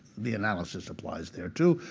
the analysis applies there too.